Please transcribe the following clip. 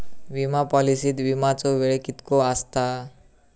विमा पॉलिसीत विमाचो वेळ कीतको आसता?